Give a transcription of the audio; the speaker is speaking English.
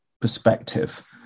perspective